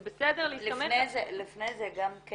אז יש לנו פה בעיה כי זה בסדר להסתמך -- לפני זה גם האם